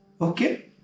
Okay